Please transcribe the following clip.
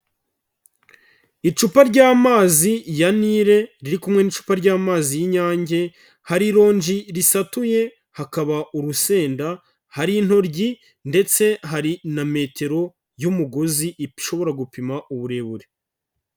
Icupa ry'amazi ya Nile riri kumwe n'icupa ry'amazi y'Inyange, hari irongi risatuye, hakaba urusenda, hari intoryi ndetse hari na metero y'umugozi ishobora gupima uburebure.